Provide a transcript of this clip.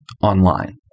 online